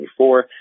2024